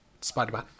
Spider-Man